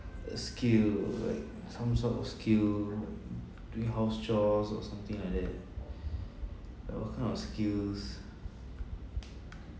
a skill like some sort of skill doing house chores or something like that like what kind of skills